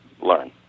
learn